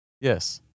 Yes